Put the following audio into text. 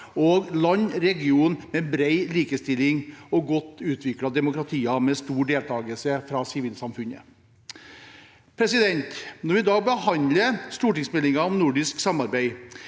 og regioner med bred likestilling og godt utviklede demokratier med stor deltakelse fra sivilsamfunnet. Når vi i dag behandler stortingsmeldingen om nordisk samarbeid,